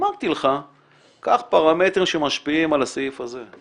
אמרתי לך שתיקח פרמטרים שמשפיעים על הסעיף הזה.